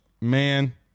man